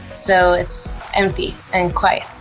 so it's empty and quiet.